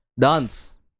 Dance